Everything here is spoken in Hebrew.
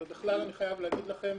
ובכלל, אני חייב להגיד לכם,